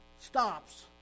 stops